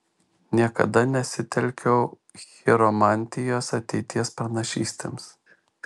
niekada nesitelkiau chiromantijos ateities pranašystėms